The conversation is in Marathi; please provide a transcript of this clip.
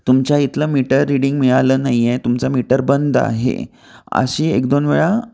तुमच्या इथलं मीटर रिडिंग मिळालं नाही आहे तुमचं मीटर बंद आहे अशी एक दोन वेळा